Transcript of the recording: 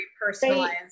personalized